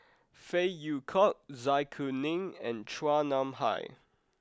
Phey Yew Kok Zai Kuning and Chua Nam Hai